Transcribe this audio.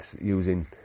using